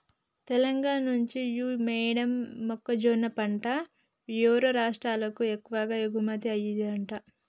తెలంగాణా నుంచి యీ యేడు మొక్కజొన్న పంట యేరే రాష్టాలకు ఎక్కువగా ఎగుమతయ్యిందంట